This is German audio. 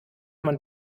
man